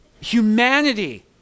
humanity